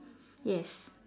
yes